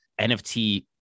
NFT